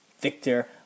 Victor